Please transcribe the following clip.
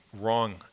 wrong